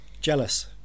Jealous